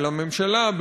של הממשלה,